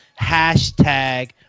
hashtag